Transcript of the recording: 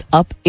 up